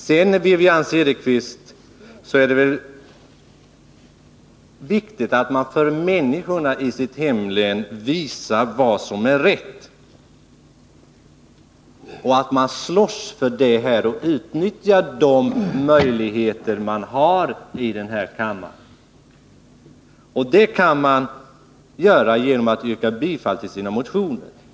Sedan är det väl, Wivi-Anne Cederqvist, viktigt att för människorna i sitt hemlän visa vad som är rätt och att slåss för det och utnyttja de möjligheter som man har i den här kammaren. Det kan man göra genom att yrka bifall till sina motioner.